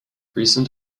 recent